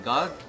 God